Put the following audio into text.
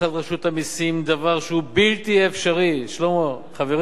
דבר שהוא בלתי אפשרי, שלמה, חברי, זה בלתי אפשרי